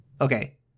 okay